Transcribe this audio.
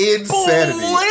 Insanity